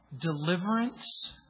Deliverance